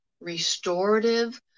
restorative